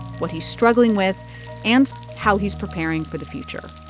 what he's struggling with and how he's preparing for the future